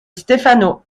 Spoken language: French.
stefano